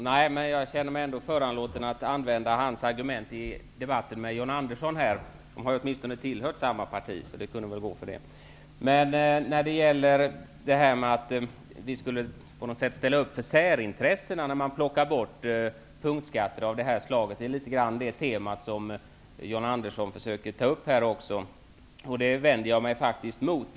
Herr talman! Lars Bäckström, jag tror att det var han, höll sig framme tidigare i den här debatten såsom han brukar göra. Lars Bäckström och John Andersson har åtminstone tidigare tillhört samma parti så jag känner mig därför föranlåten att hänvisa till Lars Bäckströms argument här i debatten. John Andersson försöker ta upp att vi på något sätt skulle ställa upp för särintressena genom att ta bort punktskatter av det här slaget. Det vänder jag mig faktiskt emot.